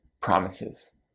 promises